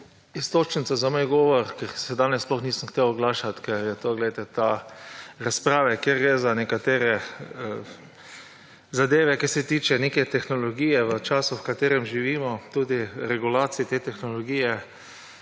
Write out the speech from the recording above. iztočnica za moj govor, ker se danes sploh nisem hotel oglašati, ker je ta razprava, kjer gre za nekatere zadeve, ki se tičejo neke tehnologije v času, v katerem živimo, tudi regulacij te tehnologije